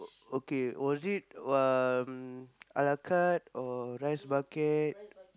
okay was it um a la carte or rice bucket